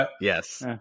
Yes